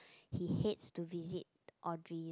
he hates to visit Audrey